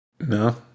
no